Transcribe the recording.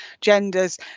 genders